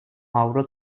avro